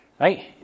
Right